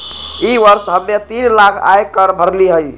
ई वर्ष हम्मे तीन लाख आय कर भरली हई